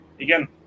again